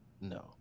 No